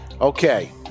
Okay